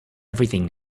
everything